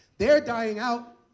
they are dying out,